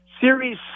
Series